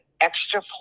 extra